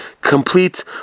complete